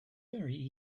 very